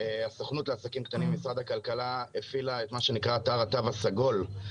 הסוכנות לעסקים קטנים במשרד הכלכלה הפעילה מה שנקרא "אתר התו הסגול",